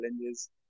challenges